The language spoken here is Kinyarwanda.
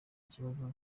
ikibazo